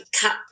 cut